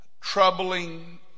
troubling